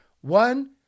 one